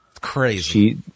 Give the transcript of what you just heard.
Crazy